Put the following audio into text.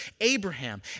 Abraham